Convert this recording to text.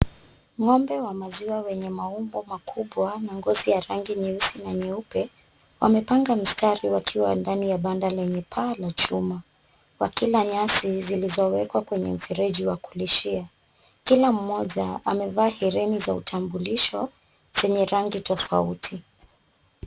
Ng'ombe wa maziwa wenye maumbo makubwa, ngozi ya rangi nyeusi na nyeupe. Wamepanga mstari wakiwa ndani ya banda lenye paa la chuma wakila nyasi zilizowekwa kwenye mfereji wa kulishia. Kila mmoja amevaa hereni za utambulisho zenye rangi tofauti.